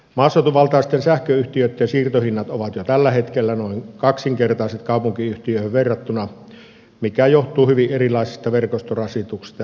maaseutuvaltaisten sähköyhtiöitten siirtohinnat ovat jo tällä hetkellä noin kaksinkertaiset kaupunkiyhtiöihin verrattuna mikä johtuu hyvin erilaisesta verkostorasituksesta asiakasta kohden